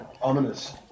Ominous